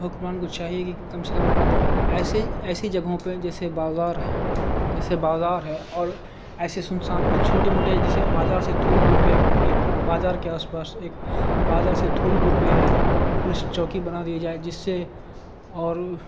حکومان کو چاہیے کہ کم سے کم ایسے ایسی جگہوں پہ جیسے بازار جیسے بازار ہے اور ایسے سنسان چھوٹے موٹے جسے بازار سے تھوڑی دور پہ ایک بازار کے آس پاس ایک بازار سے تھوڑی دور پہ پلسٹ چوکی بنا دیا جائے جس سے اور